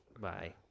Bye